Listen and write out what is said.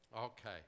Okay